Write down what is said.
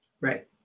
Right